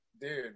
Dude